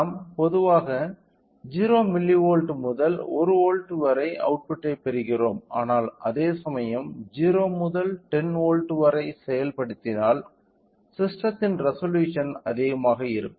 நாம் பொதுவாக 0 மில்லிவோல்ட் முதல் 1 வோல்ட் வரை அவுட்புட்டைப் பெறுகிறோம் ஆனால் அதேசமயம் 0 முதல் 10 வோல்ட் வரை செயல்படுத்தினால் ஸிஸ்டெத்தின் ரெசொலூஷன் அதிகமாக இருக்கும்